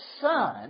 son